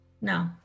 no